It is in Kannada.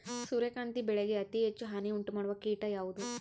ಸೂರ್ಯಕಾಂತಿ ಬೆಳೆಗೆ ಅತೇ ಹೆಚ್ಚು ಹಾನಿ ಉಂಟು ಮಾಡುವ ಕೇಟ ಯಾವುದು?